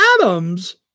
Adam's